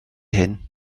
hyn